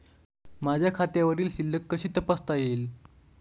माझ्या खात्यावरील शिल्लक कशी तपासता येईल?